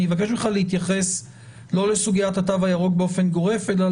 אני מבקש ממך להתייחס לא לסוגיית התו הירוק באופן גורף אלא